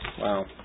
Wow